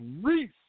Reese